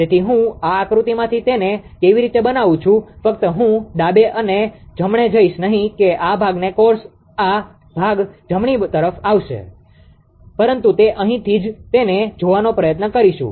તેથી હું આ આકૃતિમાંથી તેને કેવી રીતે બનાવું છું ફક્ત હું ડાબે અને જમણે જઇશ નહીં કે આ ભાગનો કોર્સ આ ભાગ જમણી તરફ આવશે પરંતુ તે અહીંથી જ તેને જોવાનો પ્રયત્ન કરીશું